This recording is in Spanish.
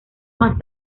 más